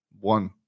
one